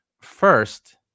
First